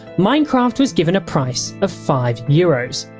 minecraft was given a price of five euros.